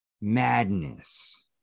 Madness